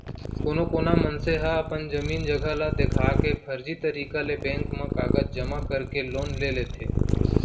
कोनो कोना मनसे ह अपन जमीन जघा ल देखा के फरजी तरीका ले बेंक म कागज जमा करके लोन ले लेथे